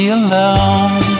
alone